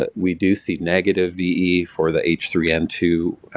but we do see negative ve for the h three n two